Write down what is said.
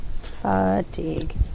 Fatigue